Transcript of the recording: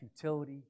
futility